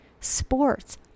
sports